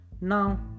Now